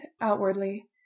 outwardly